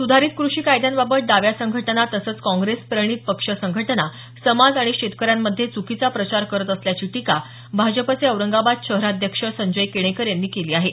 सुधारित कृषी कायद्यांबाबत डाव्या संघटना तसंच काँग्रेस प्रणित पक्ष संघटना समाज आणि शेतकऱ्यांमध्ये च्रकीचा प्रचार करत असल्याची टीका भाजपचे औरंगाबाद शहराध्यक्ष संजय केणेकर यांनी केली आहे